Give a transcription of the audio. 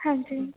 आं जी